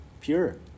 pure